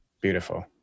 Beautiful